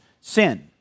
sin